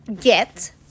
get